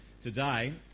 today